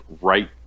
right